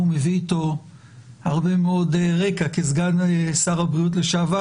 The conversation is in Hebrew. הוא מביא אתו הרבה מאוד רקע כסגן שר הבריאות לשעבר.